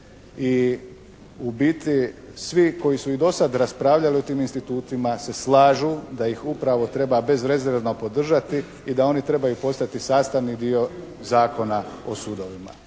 i u biti svi koji su i do sad raspravljali sa tim institutima se slažu da ih upravo treba bezrezervno podržati i da oni trebaju postati sastavni dio Zakona o sudovima.